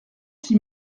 six